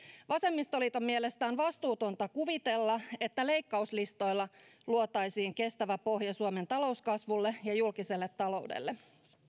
vasemmistoliiton mielestä on vastuutonta kuvitella että leikkauslistoilla luotaisiin kestävä pohja suomen talouskasvulle ja julkiselle taloudelle